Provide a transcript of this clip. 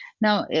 Now